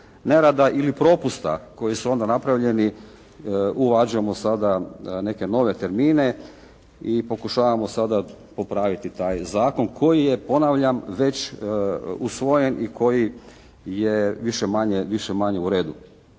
ili propusta koji su onda napravljeni uvađamo sada neke nove termine i pokušavamo sada popraviti taj zakon koji je, ponavljam već usvojen i koji je više-manje u redu.